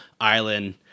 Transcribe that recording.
island